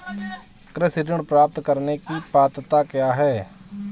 कृषि ऋण प्राप्त करने की पात्रता क्या है?